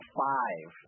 five